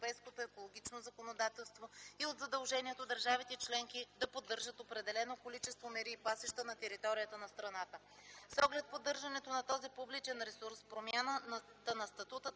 екологично законодателство и от задължението държавите-членки да поддържат определено количество мери и пасища на територията на страната. С оглед поддържането на този публичен ресурс, промяната на статута